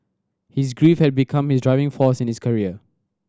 his grief had become his driving force in his career